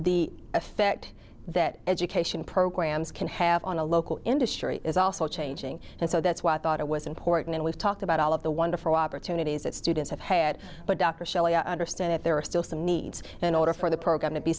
the effect that education programs can have on a local industry is also changing and so that's why i thought it was important and we've talked about all of the wonderful opportunities that students have had but dr shelley i understand if there are still some needs in order for the program to be